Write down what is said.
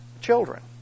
children